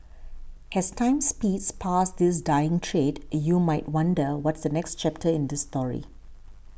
as time speeds past this dying trade you might wonder what's the next chapter in this story